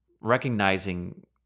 recognizing